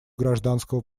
гражданского